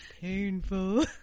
painful